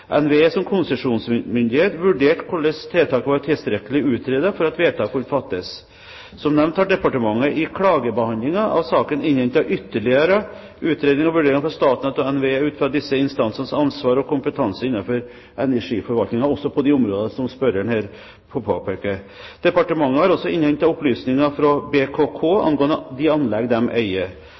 NVE, som konsesjonsmyndighet, vurderte hvordan tiltaket var tilstrekkelig utredet for at vedtak kunne fattes. Som nevnt har departementet i klagebehandlingen av saken innhentet ytterligere utredninger og vurderinger fra Statnett og NVE ut fra disse instansenes ansvar og kompetanse innenfor energiforvaltningen, også på de områdene som spørreren her påpeker. Departementet har også innhentet opplysninger fra BKK angående de anlegg som de eier.